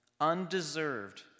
undeserved